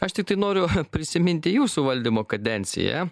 aš tiktai noriu prisiminti jūsų valdymo kadenciją